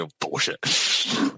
bullshit